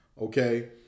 okay